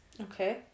Okay